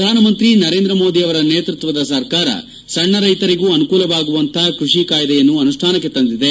ಪ್ರಧಾನಮಂತ್ರಿ ನರೇಂದ್ರ ಮೋದಿಯವರ ನೇತೃತ್ವದ ಸರ್ಕಾರ ಸಣ್ಣ ರೈತರಿಗೂ ಆನುಕೂಲವಾಗುವಂತಹ ಕೃಷಿ ಕಾಯ್ದೆಯನ್ನು ಆನುಷ್ಠಾನಕ್ಕೆ ತಂದಿದೆ